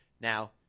Now